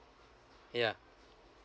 yeah